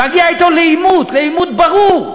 מגיע אתו לעימות, לעימות ברור.